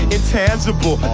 Intangible